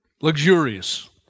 luxurious